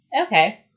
Okay